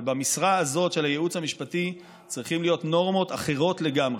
אבל במשרה הזאת של הייעוץ המשפטי צריכות להיות נורמות אחרות לגמרי.